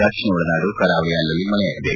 ದಕ್ಷಿಣ ಒಳನಾಡು ಕರಾವಳಿಯ ಅಲ್ಲಲ್ಲಿ ಮಳೆಯಾಗಿದೆ